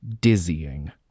dizzying